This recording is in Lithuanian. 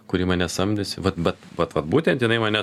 kuri mane samdėsi vat vat vat vat būtent jinai mane